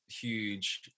huge